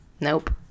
Nope